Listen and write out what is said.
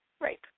Right